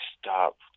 stop